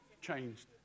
changed